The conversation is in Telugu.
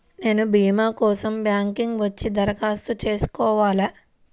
నేను భీమా కోసం బ్యాంక్కి వచ్చి దరఖాస్తు చేసుకోవాలా?